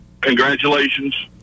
Congratulations